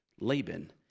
Laban